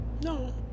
No